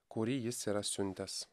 kurį jis yra siuntęs